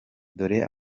dore